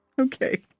Okay